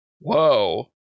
whoa